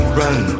run